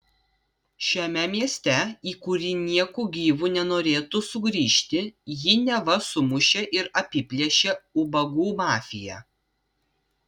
šiame mieste į kurį nieku gyvu nenorėtų sugrįžti jį neva sumušė ir apiplėšė ubagų mafija